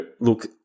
look